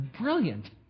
brilliant